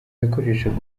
yakoreshaga